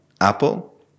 Apple